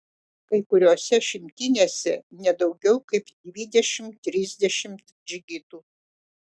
kai kuriose šimtinėse ne daugiau kaip dvidešimt trisdešimt džigitų